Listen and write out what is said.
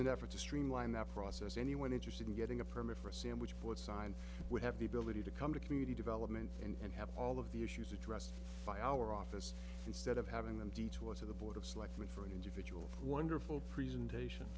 an effort to streamline that process anyone interested in getting a permit for a sandwich board sign would have the ability to come to community development and have all of the issues addressed by our office instead of having them detour to the board of selectmen for an individual wonderful presentation